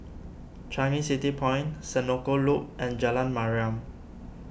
Changi City Point Senoko Loop and Jalan Mariam